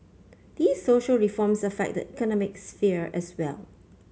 these social reforms affect the economic sphere as well